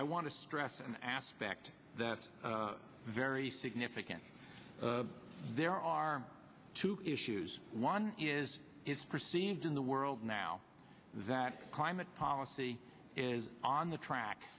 i want to stress an aspect that's very significant there are two issues one is is perceived in the world now that climate policy is on the track